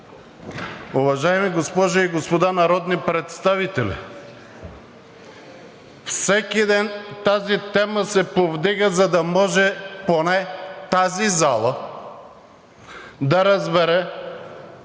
Уважаеми госпожи и господа народни представители, всеки ден тази тема се повдига, за да може поне тази зала да разбере,